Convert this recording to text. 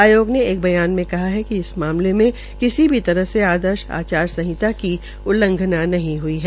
आयोग ने एक बयान में कहा कि इस मामले में किसी भी तरह से आदर्शन आचार संहिता की उल्लंघना नहीं हुई है